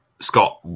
Scott